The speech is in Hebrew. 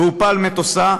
הופל מטוסה,